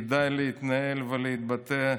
כדאי להתנהל ולהתבטא,